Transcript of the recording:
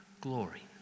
glory